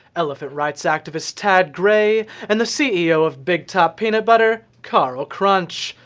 elephant rights activist tadd gray, and the ceo of big top peanut butter, carl crunch.